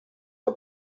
que